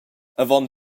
avon